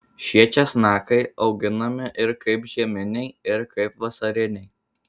šie česnakai auginami ir kaip žieminiai ir kaip vasariniai